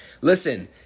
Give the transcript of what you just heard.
listen